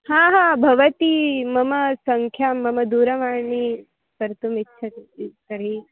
हा हा भवती मम सङ्खां मम दूरवाणीं कर्तुमिच्छति तर्हि